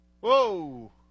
Whoa